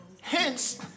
Hence